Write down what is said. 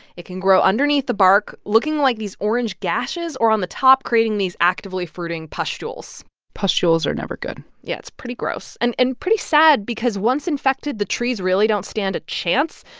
it can grow underneath the bark, looking like these orange gashes, or on the top, creating these actively fruiting pustules pustules are never good yeah, it's pretty gross and and pretty sad because once infected, the trees really don't stand a chance.